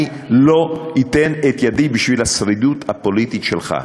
אני לא אתן את ידי בשביל השרידות הפוליטית שלך.